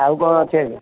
ଆଉ କ'ଣ ଅଛି ଆଜ୍ଞା